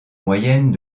moyenne